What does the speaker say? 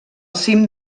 cim